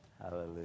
hallelujah